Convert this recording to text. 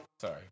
sorry